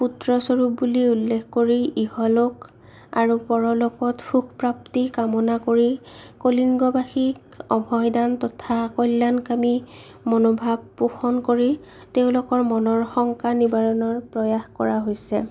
পুত্ৰস্বৰূপ বুলি উল্লেখ কৰি ইহলোক আৰু পৰলোকত সুখ প্ৰাপ্তি কামনা কৰি কলিংগবাসীক অভয়দান তথা কল্যাণকামী মনোভাৱ পোষণ কৰি তেওঁলোকৰ মনৰ শংকা নিবাৰণৰ প্ৰয়াস কৰা হৈছে